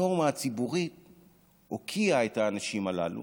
הנורמה הציבורית הוקיעה את האנשים הללו,